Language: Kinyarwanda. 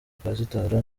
pasitoro